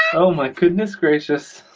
oh my goodness gracious.